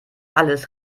alles